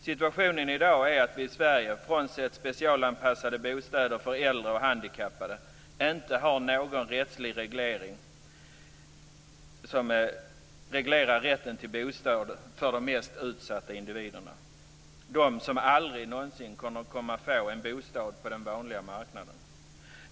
Situationen i dag är att vi i Sverige frånsett specialanpassade bostäder för äldre och handikappade inte har någon rättslig reglering som reglerar rätten till bostäder för de mest utsatta individerna som aldrig någonsin kommer att kunna få en bostad på den vanliga marknaden.